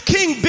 King